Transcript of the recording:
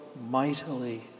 mightily